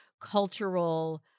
cultural